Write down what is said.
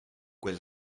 quel